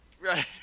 Right